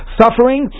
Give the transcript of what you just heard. suffering